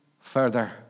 further